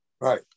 Right